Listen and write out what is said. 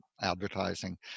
advertising